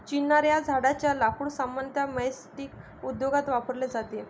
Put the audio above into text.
चिनार या झाडेच्या लाकूड सामान्यतः मैचस्टीक उद्योगात वापरले जाते